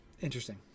interesting